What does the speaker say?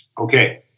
Okay